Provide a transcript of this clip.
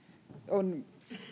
on